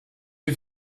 you